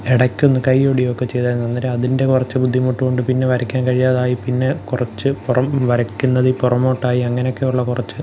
ഇടയ്ക്കൊന്ന് കയ്യൊടിയൊക്കെ ചെയ്തായിരുന്നു അന്നേരം അതിന്റെ കുറച്ച് ബുദ്ധിമുട്ടുമുണ്ട് പിന്നെ വരയ്ക്കാൻ കഴിയാതായി പിന്നെ കുറച്ച് പൊറം വരയ്ക്കുന്നതില് പുറമോട്ടായി അങ്ങനെയൊക്കെയൊള്ള കുറച്ച്